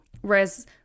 Whereas